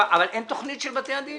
אבל אין תוכנית של בתי הדין.